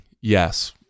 yes